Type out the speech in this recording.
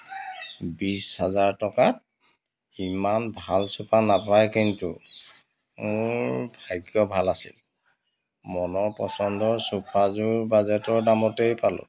বিছ হাজাৰ টকাত ইমান ভাল চোফা নাপায় কিন্তু মোৰ ভাগ্য ভাল আছিল মনৰ পচন্দৰ চোফাযোৰ বাজেটৰ দামতেই পালোঁ